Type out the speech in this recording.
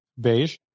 beige